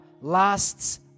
lasts